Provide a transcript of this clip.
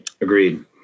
agreed